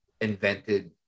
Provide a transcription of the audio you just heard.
invented